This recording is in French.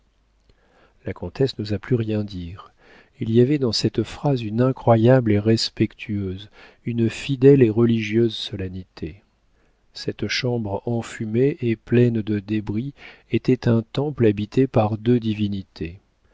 la comtesse n'osa plus rien dire il y avait dans cette phrase une incroyable et respectueuse une fidèle et religieuse solennité cette chambre enfumée et pleine de débris était un temple habité par deux divinités